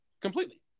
completely